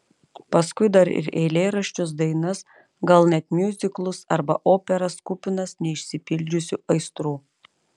paskui dar ir eilėraščius dainas gal net miuziklus arba operas kupinas neišsipildžiusių aistrų